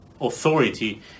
authority